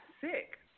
sick